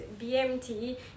BMT